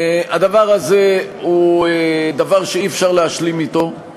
הדבר זה הוא דבר שאי-אפשר להשלים אתו,